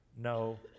no